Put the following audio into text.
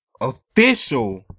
official